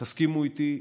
תסכימו איתי,